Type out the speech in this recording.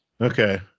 Okay